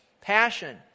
passion